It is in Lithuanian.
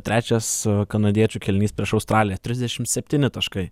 trečias kanadiečių kėlinys prieš australiją trisdešimt septyni taškai